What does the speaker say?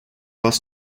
bus